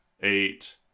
eight